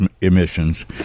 emissions